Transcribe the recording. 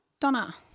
donna